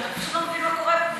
אתה פשוט לא מבין מה קורה שם.